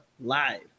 Live